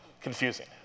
confusing